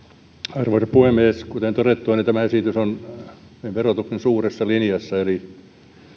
arvoisa puhemies kuten todettua tämä esitys on verotuksen suuressa linjassa